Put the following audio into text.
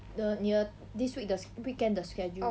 the 你的 this week 的 sch~ weekend 的 schedule